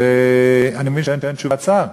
אני מבין שאין תשובת שר?